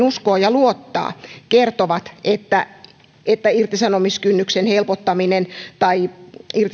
joihin uskoo ja luottaa kertovat että että irtisanomiskynnyksen helpottaminen tai